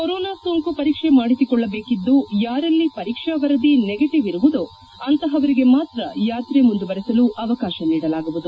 corona ಸೋಂಕು ಪರೀಕ್ಷೆ ಮಾಡಿಸಿಕೊಳ್ಳಬೇಕಿದ್ದು ಯಾರಲ್ಲಿ ಪರೀಕ್ಷಾ ವರದಿ ನೆಗಟವ್ ಇರುವುದೋ ಅಂತಹವರಿಗೆ ಮಾತ್ರ ಯಾತ್ರೆ ಮುಂದುವರಿಸಲು ಅವಕಾಶ ನೀಡಲಾಗುವುದು